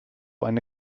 eine